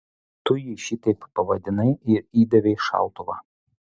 tu jį šitaip pavadinai ir įdavei šautuvą